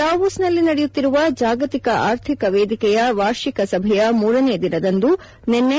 ದಾವೋಸ್ನಲ್ಲಿ ನಡೆಯುತ್ತಿರುವ ಜಾಗತಿಕ ಆರ್ಥಿಕ ವೇದಿಕೆಯ ವಾರ್ಷಿಕ ಸಭೆಯ ಮೂರನೇ ದಿನದಂದು ನಿನ್ನೆ